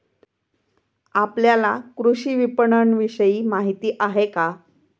आपल्याला कृषी विपणनविषयी माहिती आहे का?